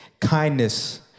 kindness